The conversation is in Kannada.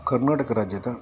ಕರ್ನಾಟಕ ರಾಜ್ಯದ